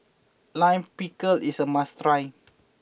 Lime Pickle is a must try